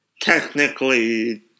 technically